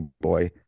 boy